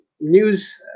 news